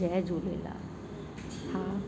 जय झूलेलाल हा